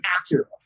accurate